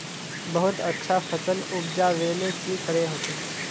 बहुत अच्छा फसल उपजावेले की करे होते?